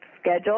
schedule